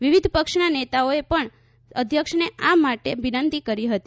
વિવિધ પક્ષના સભ્યોએ પણ અધ્યક્ષને આ માટે વિનંતી કરી હતી